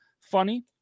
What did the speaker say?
funny